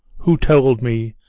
who told me,